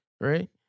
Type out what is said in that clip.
right